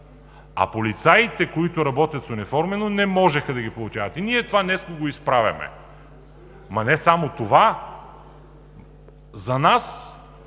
а полицаите, които работят в униформено, не можеха да ги получават. И ние сега днес го изправяме, ама не само това. За нас,